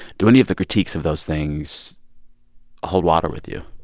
do any of the critiques of those things hold water with you?